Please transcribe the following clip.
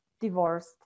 divorced